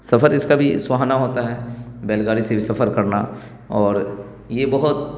سفر اس کا بھی سہانا ہوتا ہے بیل گاڑی سے بھی سفر کرنا اور یہ بہت